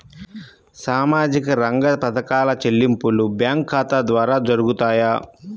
సామాజిక రంగ పథకాల చెల్లింపులు బ్యాంకు ఖాతా ద్వార జరుగుతాయా?